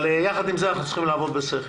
אבל יחד עם זה אנחנו צריכים לעבוד בשכל.